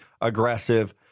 aggressive